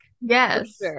Yes